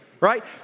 Right